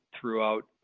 throughout